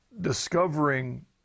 discovering